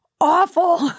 awful